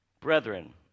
Brethren